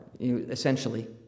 essentially